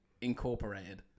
incorporated